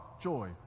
joy